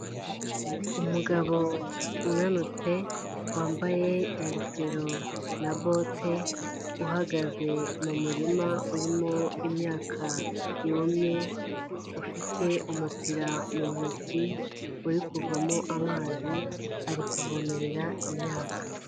Umugabo unanutse wambaye ingofero na bote uhagaze mu murima urimo imyaka yumye ufite umupira mu ntoki uri kuvamo amazi ari kuvomerera imyaka.